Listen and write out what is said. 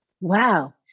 Wow